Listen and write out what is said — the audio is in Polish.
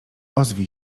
ozwij